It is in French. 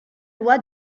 loi